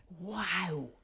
Wow